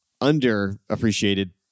underappreciated